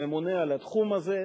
ממונה על התחום הזה.